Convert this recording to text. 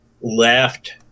left